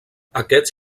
aquests